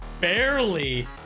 barely